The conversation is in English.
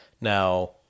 now